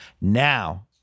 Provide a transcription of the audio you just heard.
now